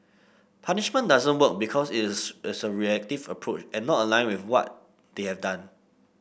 punishment doesn't work because it is its a reactive approach and not aligned with what they have done